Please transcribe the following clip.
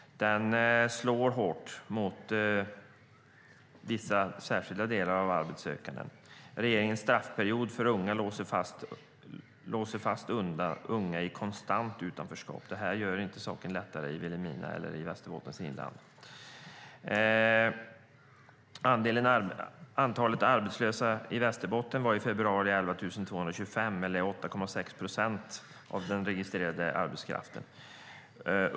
Den slår hårt mot vissa av de arbetssökande. Regeringens straffperiod för unga låser fast dem i konstant utanförskap. Det gör inte saken lättare i Vilhelmina eller i Västerbottens inland. Antalet arbetslösa i Västerbotten var i februari 11 225, eller 8,6 procent av den registrerade arbetskraften.